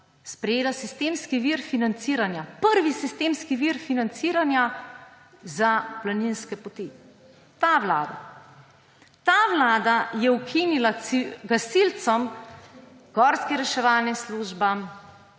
sprejela sistemski vir financiranja, prvi sistemski vir financiranja za planinske poti. Ta vlada. Ta vlada je ukinila gasilcem, gorskim reševalnim službam,